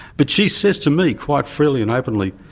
but she says to me, quite freely and openly,